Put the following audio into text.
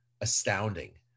astounding